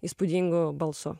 įspūdingu balsu